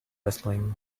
wrestling